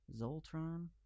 Zoltron